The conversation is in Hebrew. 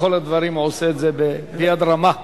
בכל הדברים הוא עושה את זה ביד רמה.